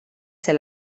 ser